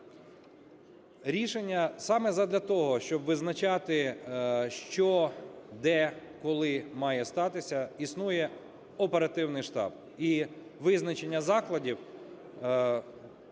питання. Саме задля того, щоб визначати, що, де, коли має статися, існує оперативний штаб. І визначення закладів